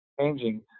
changing